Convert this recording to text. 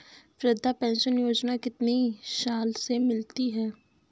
वृद्धा पेंशन योजना कितनी साल से मिलती है?